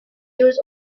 was